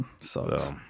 sucks